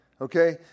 Okay